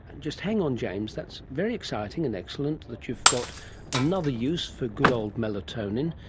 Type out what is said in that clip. just hang on james, that's very exciting and excellent that you've got another use for good old melatonin.